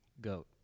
goat